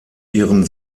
ihren